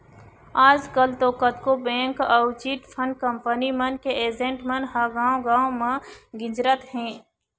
आजकल तो कतको बेंक अउ चिटफंड कंपनी मन के एजेंट मन ह गाँव गाँव म गिंजरत हें